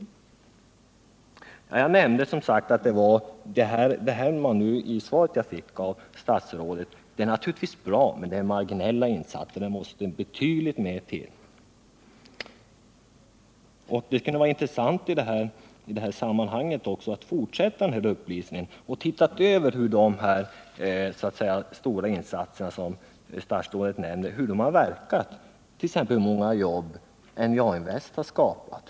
De marginella insatser som nämns i svaret jag fick av statsrådet är naturligtvis bra. Men det måste betydligt mer till. Det kunde i det här sammanhanget ha varit intressant att fortsätta uppvisningen och se över hur dess.k. stora insatser som statsrådet nämner har verkat,t.ex. hur många jobb NJA-Invest har skapat.